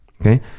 okay